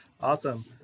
Awesome